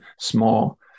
small